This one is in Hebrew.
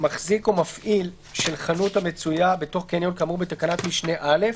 מחזיק או מפעיל של חנות המצויה בתוך קניון כאמור בתקנת משנה (א),